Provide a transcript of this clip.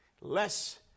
less